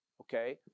okay